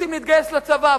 רוצים להתגייס לצבא,